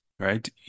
Right